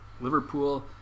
Liverpool